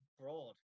broad